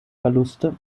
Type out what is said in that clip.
verluste